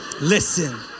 Listen